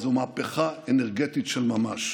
זו מהפכה אנרגטית של ממש.